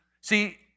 see